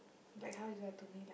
like how you are to me lah